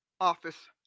office